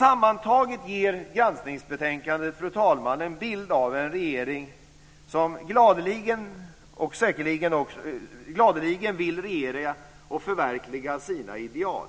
Sammantaget ger granskningsbetänkandet en bild av en regering som gladeligen vill regera och förverkliga sina ideal